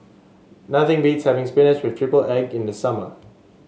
nothing beats having spinach with triple egg in the summer